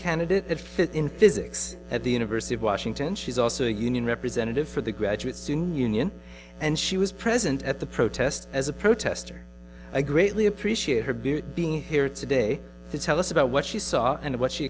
candidate fit in physics at the university of washington and she's also a union representative for the graduate student union and she was present at the protest as a protester i greatly appreciate her being here today to tell us about what she saw and what she